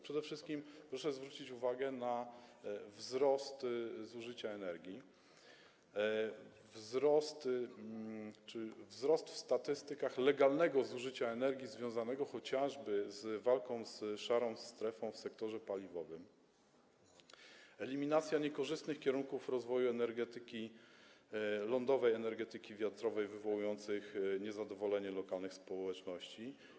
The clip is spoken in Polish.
Przede wszystkim proszę zwrócić uwagę na wzrost zużycia energii, wzrost w statystykach legalnego zużycia energii związanego chociażby z walką z szarą strefą w sektorze paliwowym, eliminację niekorzystnych kierunków rozwoju lądowej energetyki wiatrowej, wywołujących niezadowolenie lokalnych społeczności.